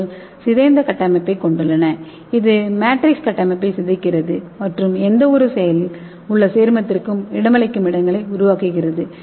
க்கள் சிதைந்த கட்டமைப்பைக் கொண்டுள்ளன இது மேட்ரிக்ஸ் கட்டமைப்பை சிதைக்கிறது மற்றும் எந்தவொரு செயலில் உள்ள சேர்மத்திற்கும் இடமளிக்கும் இடங்களை உருவாக்குகிறது